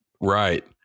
right